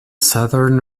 southern